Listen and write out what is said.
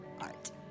art